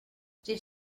did